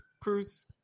Cruz